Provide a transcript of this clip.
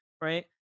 right